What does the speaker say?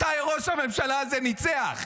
מתי ראש הממשלה הזה ניצח?